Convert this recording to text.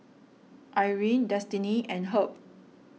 Irene Destiney and Herb